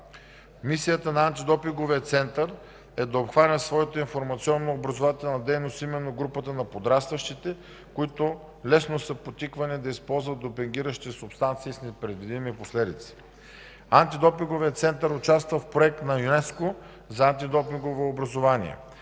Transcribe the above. Мисията на Антидопинговия център е да обхване в своята информационно-образователна дейност именно групата на подрастващите, които лесно са подтиквани да използват допинг субстанции с непредвидими последици. Антидопинговият център участва в проект на ЮНЕСКО за антидопингово образование.